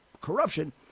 corruption